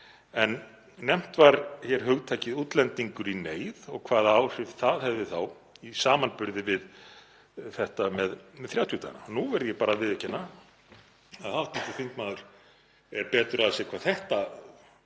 var nefnt hugtakið útlendingur í neyð og hvaða áhrif það hefði þá í samanburði við þetta með 30 dagana. Nú verð ég bara að viðurkenna að hv. þingmaður er betur að sér hvað þetta